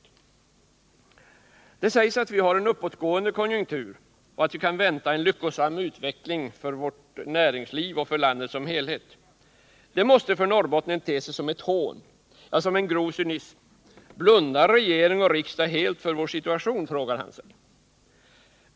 Det sägs att vi har en uppåtgående konjunktur och att vi kan vänta en lyckosam utveckling för vårt näringsliv och för landet som helhet. Detta måste för norrbottningen te sig som ett hån, som en grov cynism. Blundar regering och riksdag helt för vår situation, frågar han sig.